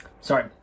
sorry